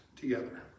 together